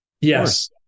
Yes